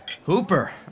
Hooper